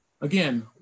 again